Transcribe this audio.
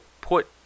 put